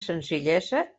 senzillesa